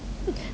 好 right